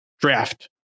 draft